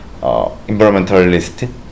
environmentalist